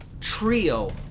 trio